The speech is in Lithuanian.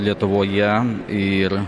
lietuvoje ir